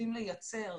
יודעים לייצר,